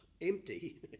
empty